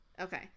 Okay